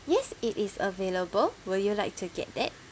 yes it is available will you like to get that